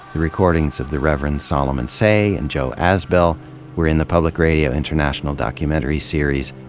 the recordings of the reverend solomon seay and joe azbell were in the public radio international documentary series,